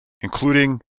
including